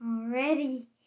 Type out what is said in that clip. already